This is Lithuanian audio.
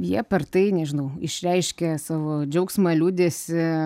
jie per tai nežinau išreiškia savo džiaugsmą liūdesį